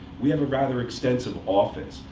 we have a rather extensive office.